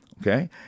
okay